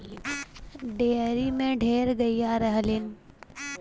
dairy में ढेर गइया रहलीन